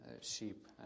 sheep